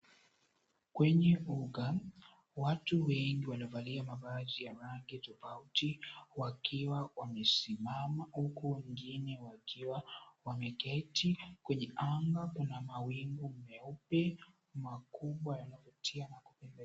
Kwenye uga watu wengi wamevalia mavazi tofauti tofauti wakiwa wamesimama huku wengine wakiwa wakiwa wameketi kwenye anga kuna wawingu meupe makubwa yanavutia.